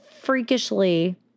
freakishly